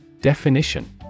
Definition